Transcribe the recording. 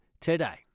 today